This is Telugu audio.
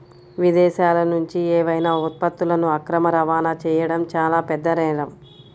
విదేశాలనుంచి ఏవైనా ఉత్పత్తులను అక్రమ రవాణా చెయ్యడం చానా పెద్ద నేరం